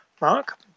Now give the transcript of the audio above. Mark